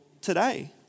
today